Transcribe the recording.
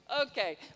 Okay